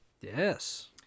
Yes